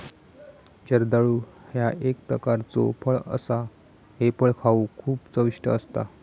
जर्दाळू ह्या एक प्रकारचो फळ असा हे फळ खाउक खूप चविष्ट असता